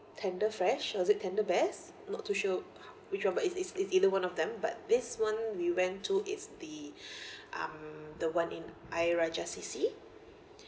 tender fresh or is it tender best not too sure which one but it's it's it's either one of them but this one we went to is the um the one in ayer rajah C_C